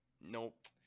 Nope